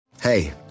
Hey